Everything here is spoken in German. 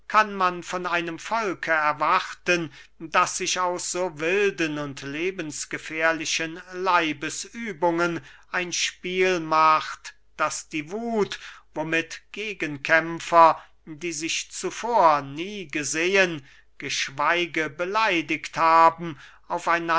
kann man von einem volke erwarten das sich aus so wilden und lebensgefährlichen leibesübungen ein spiel macht das die wuth womit gegenkämpfer die sich zuvor nie gesehen geschweige beleidigt haben auf